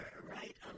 right